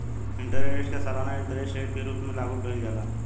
interest rate के सालाना interest rate के रूप में लागू कईल जाला